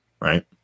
right